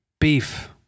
Beef